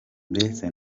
mbese